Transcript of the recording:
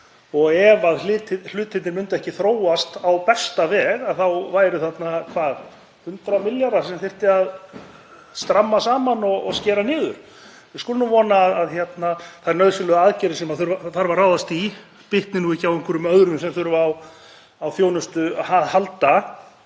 og ef hlutirnir myndu ekki þróast á besta veg þá væru þarna um 100 milljarðar sem þyrfti að stramma saman og skera niður. Við skulum vona að þær nauðsynlegu aðgerðir sem þarf að ráðast í bitni ekki á einhverjum öðrum sem þurfa á þjónustu að halda.